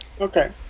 Okay